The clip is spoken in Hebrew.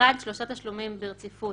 שלושה תשלומים ברציפות,